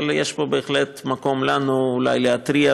אבל יש פה בהחלט מקום לנו אולי להתריע